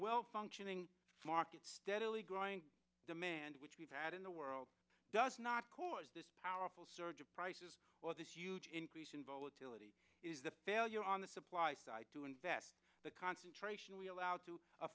well functioning market steadily growing demand which we've had in the world does not cause this powerful surge of prices or this huge increase in volatility is the failure on the supply side to invest the concentration we allowed to